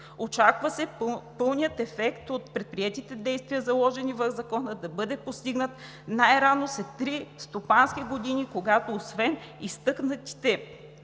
Очаква се пълният ефект от предприетите действия, заложени в Закона, да бъде постигнат най-рано след три стопански години, когато, освен изтъкнатите